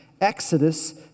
Exodus